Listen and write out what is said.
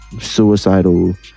suicidal